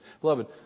Beloved